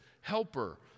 helper